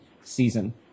season